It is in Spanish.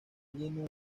lleno